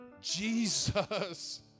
Jesus